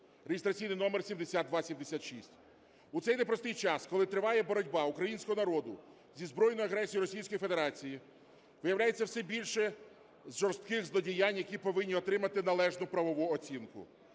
(реєстраційний номер 7276). У цей непростий час, коли триває боротьба українського народу зі збройною агресією Російської Федерації, виявляється все більше жорстких злодіянь, які повинні отримати належну правову оцінку.